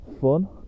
fun